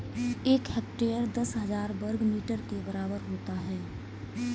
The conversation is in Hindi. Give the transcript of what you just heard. एक हेक्टेयर दस हजार वर्ग मीटर के बराबर होता है